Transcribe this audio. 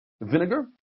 Vinegar